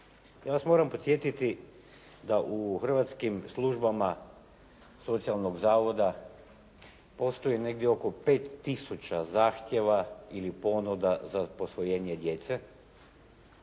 Ja vas moram podsjetiti da u hrvatskim službama socijalnog zavoda postoji negdje oko 5 tisuća zahtjeva ili ponuda za posvojenje djece